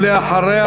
ואחריה,